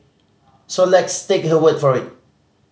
so let's take her word for it